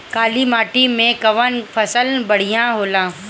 काली माटी मै कवन फसल बढ़िया होला?